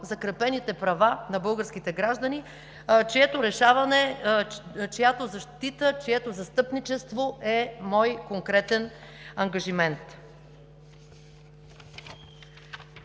закрепените права на българските граждани, чието решаване, чиято защита, чието застъпничество е мой конкретен ангажимент.